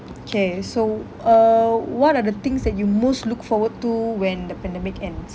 K so uh what are the things that you most look forward to when the pandemic ends